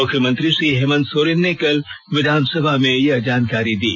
मुख्यमंत्री श्री हेमन्त सोरेन ने कल विधानसभा में यह जानकारी दी